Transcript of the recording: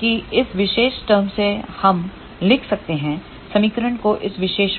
कि इस विशेष टर्म से हम लिख सकते हैं समीकरण को इस विशेष रूप में